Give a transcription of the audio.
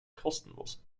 kostenlos